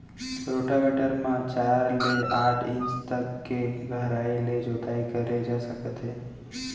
rotavator म चार ले आठ इंच तक के गहराई ले जोताई करे जा सकत हे